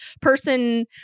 person